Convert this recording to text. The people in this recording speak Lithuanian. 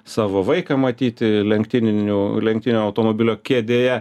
savo vaiką matyti lenktyninių lenktynių automobilio kėdėje